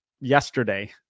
yesterday